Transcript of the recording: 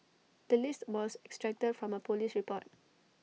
the list was extracted from A Police report